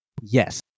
yes